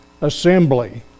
assembly